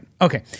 Okay